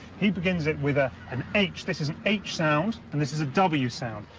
he begins it with ah an h this is an h sound. and this is a w sound.